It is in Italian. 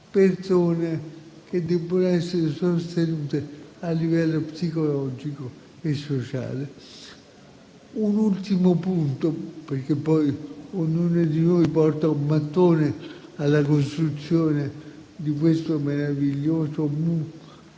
persone che devono essere sostenute a livello psicologico e sociale. Un ultimo punto, perché poi ognuno di noi porta un mattone per la costruzione di questo meraviglioso ponte